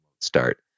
start